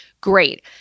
Great